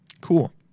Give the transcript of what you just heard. Cool